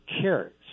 carrots